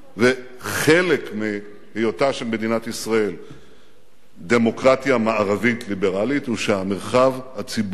וחלק מהיותה של מדינת ישראל דמוקרטיה מערבית ליברלית הוא שהמרחב הציבורי